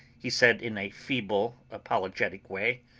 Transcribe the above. he said in a feeble, apologetic way.